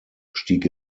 stieg